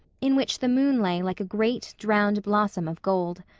in which the moon lay like a great, drowned blossom of gold.